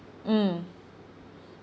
mm